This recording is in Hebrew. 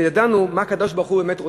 כשידענו מה הקדוש-ברוך-הוא באמת רוצה,